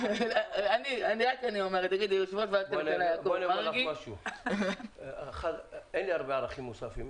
בואי אני אומר לך משהו: אין בי הרבה ערכים מוספים,